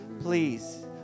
Please